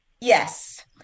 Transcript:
Yes